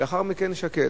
ולאחר מכן שקט.